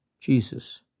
Jesus